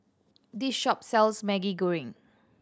this shop sells Maggi Goreng